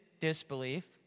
disbelief